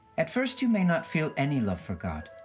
at first, you may not feel any love for god,